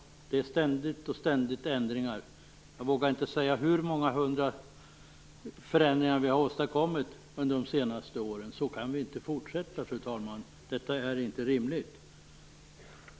Det är ständigt nya ändringar. Jag vågar inte säga hur många hundra förändringar vi har åstadkommit under de senaste åren. Så kan vi inte fortsätta, fru talman. Detta är inte rimligt.